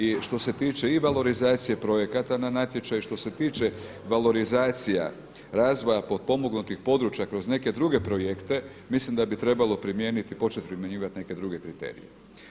I što se tiče i valorizacije projekata na natječaju, što se tiče valorizacija razvoja potpomognutih područja kroz neke druge projekte, mislim da bi trebalo primijeniti i početi primjenjivati neke druge kriterije.